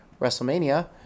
WrestleMania